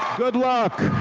good luck!